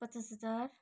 पचास हजार